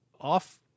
off